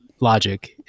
Logic